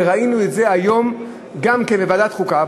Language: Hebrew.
וראינו את זה היום בוועדת החוקה,